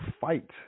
fight